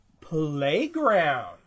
Playground